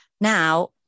Now